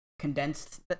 condensed